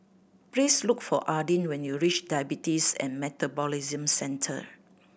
please look for Adin when you reach Diabetes and Metabolism Centre